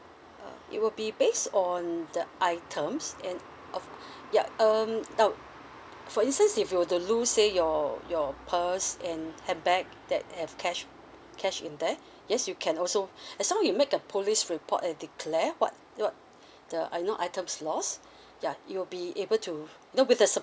uh it will be based on the items and of ya um now for instance if you were to lose say your your purse and handbag that have cash cash in there yes you can also as long you make a police report and declared what what the I know items lost ya you'll be able to you know with the supporting